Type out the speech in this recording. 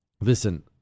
Listen